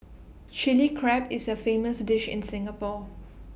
Chilli Crab is A famous dish in Singapore